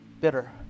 bitter